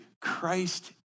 Christ